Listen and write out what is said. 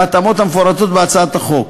בהתאמות המפורטות בהצעת החוק.